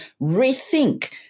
rethink